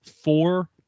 four